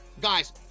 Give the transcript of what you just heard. Guys